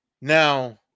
Now